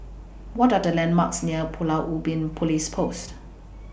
What Are The landmarks near Pulau Ubin Police Post